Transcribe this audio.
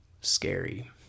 scary